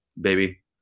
baby